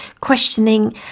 questioning